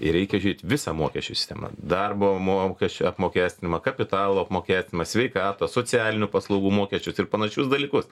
ir reikia žiūrėt visą mokesčių sistemą darbo mokesčių apmokestinimą kapitalo apmokestinimą sveikatos socialinių paslaugų mokesčius ir panašius dalykus